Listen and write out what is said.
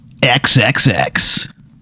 XXX